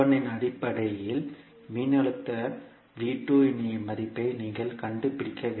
இன் அடிப்படையில் மின்னழுத்த இன் மதிப்பை நீங்கள் கண்டுபிடிக்க வேண்டும்